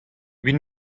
evit